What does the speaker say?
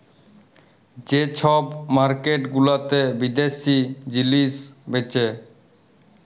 যে ছব মার্কেট গুলাতে বিদ্যাশি জিলিস বেঁচে